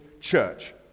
church